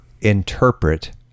interpret